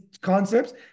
concepts